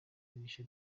yarishe